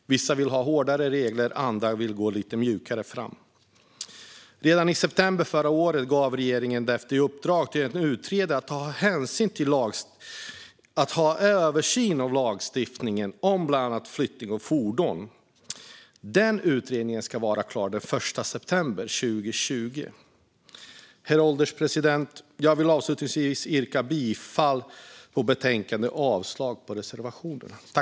Vissa vill ha hårdare regler. Andra vill gå lite mjukare fram. Redan i september förra året gav regeringen därför en utredare i uppdrag att göra en översyn av lagstiftningen om bland annat flyttning av fordon. Den utredningen ska vara klar den 1 september 2020. Herr ålderspresident! Jag vill avslutningsvis yrka bifall till utskottets förslag i betänkandet och avslag på reservationerna.